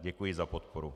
Děkuji za podporu.